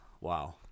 Wow